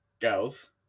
girls